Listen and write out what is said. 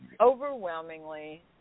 overwhelmingly